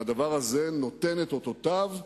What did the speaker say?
והדבר הזה נותן את אותותיו,